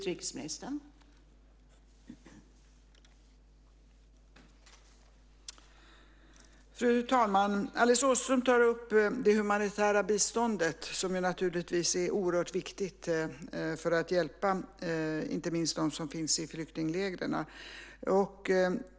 Fru talman! Alice Åström tar upp det humanitära biståndet som naturligtvis är oerhört viktigt för att hjälpa inte minst dem som finns i flyktinglägren.